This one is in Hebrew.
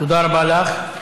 תודה רבה לך.